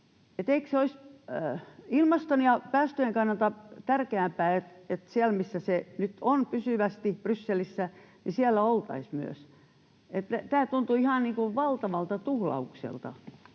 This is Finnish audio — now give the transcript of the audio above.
Eikö olisi ilmaston ja päästöjen kannalta tärkeämpää, että kun se nyt on pysyvästi Brysselissä, niin siellä myös oltaisiin? Tämä tuntuu ihan valtavalta tuhlaukselta,